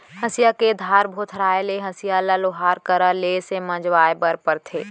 हँसिया के धार भोथराय ले हँसिया ल लोहार करा ले से मँजवाए बर परथे